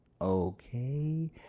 okay